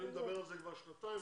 אני מדבר על זה כבר שנתיים,